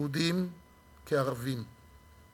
יהודים כערבים,